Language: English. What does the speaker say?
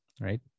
right